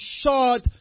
short